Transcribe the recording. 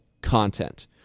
content